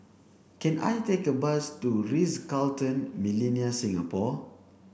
can I take a bus to Ritz Carlton Millenia Singapore